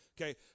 Okay